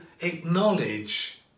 acknowledge